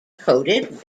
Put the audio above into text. coated